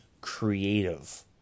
creative